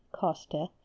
costa